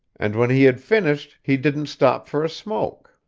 and when he had finished he didn't stop for a smoke,